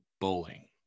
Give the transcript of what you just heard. bowling